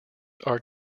are